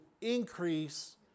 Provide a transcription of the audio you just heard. increase